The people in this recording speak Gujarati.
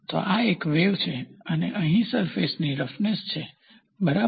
તો આ એક વેવ છે અને અહીં સરફેસની રફનેસ છે બરાબર